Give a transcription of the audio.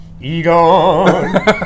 Egon